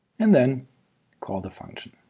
and then call the function.